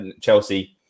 Chelsea